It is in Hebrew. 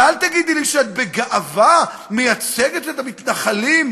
ואל תגידי לי שאת בגאווה מייצגת את המתנחלים.